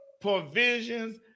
provisions